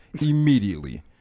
immediately